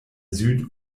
süd